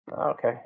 okay